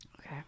Okay